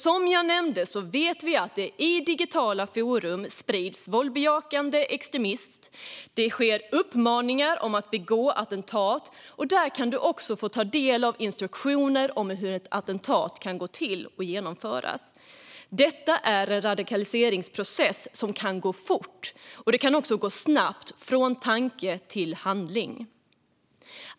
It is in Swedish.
Som jag har nämnt vet vi att det i digitala forum sprids våldsbejakande extremism och uppmaningar till att begå attentat. Vidare finns där instruktioner om hur ett attentat kan gå till och genomföras. Detta är en radikaliseringsprocess som kan gå fort, och det kan gå snabbt från tanke till handling.